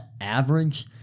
average